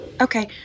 Okay